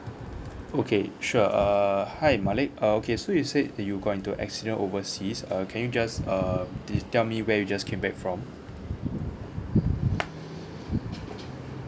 okay sure err hi malik uh okay so you said that you got into accident overseas err can you just err t~ tell me where you just came back from